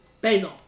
Basil